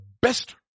best